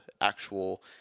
actual